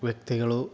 ವ್ಯಕ್ತಿಗಳು